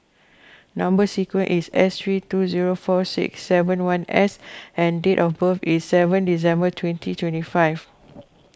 Number Sequence is S three two zero four six seven one S and date of birth is seven December twenty twenty five